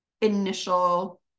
initial